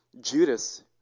Judas